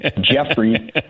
jeffrey